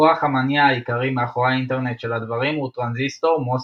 הכוח המניע העיקרי מאחורי האינטרנט של הדברים הוא טרנזיסטור MOSFET,